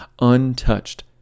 untouched